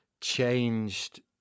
changed